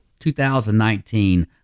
2019